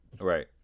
right